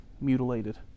mutilated